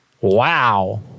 wow